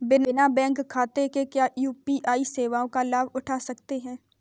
बिना बैंक खाते के क्या यू.पी.आई सेवाओं का लाभ उठा सकते हैं?